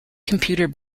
computer